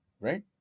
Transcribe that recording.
right